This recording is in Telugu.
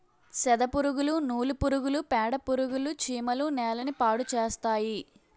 సెదపురుగులు నూలు పురుగులు పేడపురుగులు చీమలు నేలని పాడుచేస్తాయి